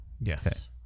Yes